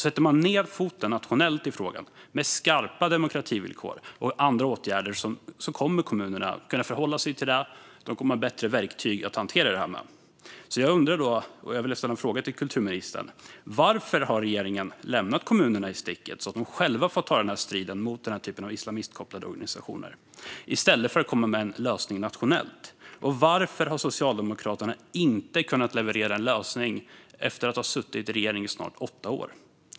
Sätter man ned foten nationellt i frågan, med skarpa demokrativillkor och andra åtgärder, kommer kommunerna att kunna förhålla sig till detta och ha bättre verktyg att hantera det med. Jag undrar och vill fråga kulturministern: Varför har regeringen lämnat kommunerna i sticket så att de själva får ta striden mot denna typ av islamistkopplade organisationer, i stället för att komma med en lösning nationellt? Och varför har Socialdemokraterna inte kunnat leverera en lösning efter att ha suttit i regering i snart åtta år?